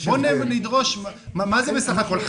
בואו נדרוש, מה זה בסך הכול?